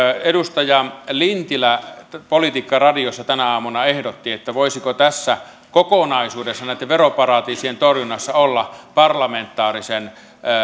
edustaja lintilä politiikkaradiossa tänä aamuna ehdotti voisiko tässä kokonaisuudessa näitten veroparatiisien torjunnassa olla parlamentaarisen